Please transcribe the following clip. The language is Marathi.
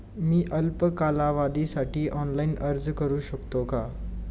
मी अल्प कालावधीसाठी ऑनलाइन अर्ज करू शकते का?